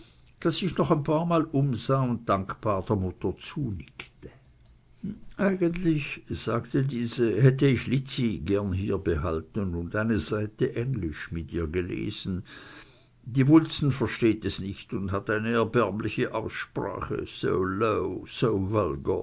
das sich noch ein paarmal umsah und dankbar der mutter zunickte eigentlich sagte diese hätte ich lizzi gern hierbehalten und eine seite englisch mit ihr gelesen die wulsten versteht es nicht und hat eine erbärmliche aussprache